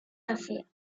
affaires